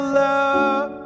love